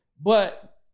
But-